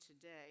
today